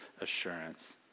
assurance